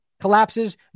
collapses